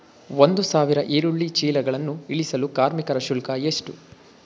ಒಂದು ಸಾವಿರ ಈರುಳ್ಳಿ ಚೀಲಗಳನ್ನು ಇಳಿಸಲು ಕಾರ್ಮಿಕರ ಶುಲ್ಕ ಎಷ್ಟು?